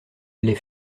les